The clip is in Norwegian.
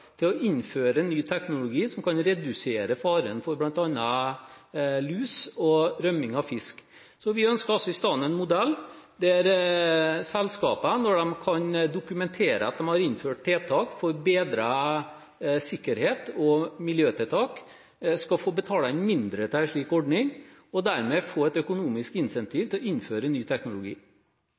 til å innføre ny teknologi som kan redusere faren for bl.a. lus og rømming av fisk. Vi ønsker altså istedenfor en modell der selskapene, når de kan dokumentere at de har innført tiltak for bedret sikkerhet og miljø, skal få betale inn mindre til en slik ordning og dermed få et økonomisk incentiv til å innføre ny teknologi.